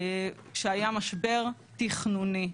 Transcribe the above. כשהיה משבר תכנוני.